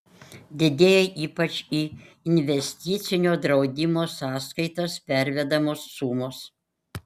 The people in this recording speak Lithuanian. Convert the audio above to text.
didėja ypač į investicinio draudimo sąskaitas pervedamos sumos